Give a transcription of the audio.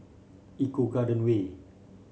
Eco Garden Way